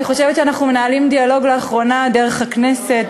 אני חושבת שלאחרונה אנחנו מנהלים דיאלוג דרך הכנסת,